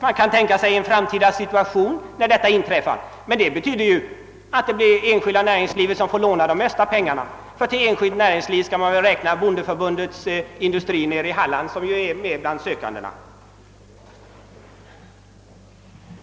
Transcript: Man kan tänka sig en framtida situation när detta inträffar, men det betyder att enskilt näringsliv får låna den största delen av pengarna, ty till enskilt näringsliv skall väl räknas centerpartiets industri nere i Halland, som finns bland de lånesökande.